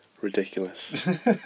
ridiculous